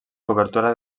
cobertura